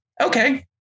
okay